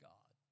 God